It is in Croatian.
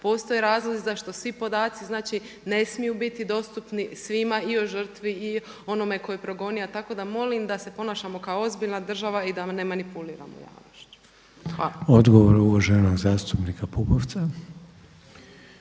postoje razlozi zašto svi podaci znači ne smiju biti dostupni svima i o žrtvi i o onome tko je progonio. Tako da molim da se ponašamo kao ozbiljna država i da ne manipuliramo javnošću. Hvala. **Reiner, Željko (HDZ)** Odgovor uvaženo zastupnika Pupovca.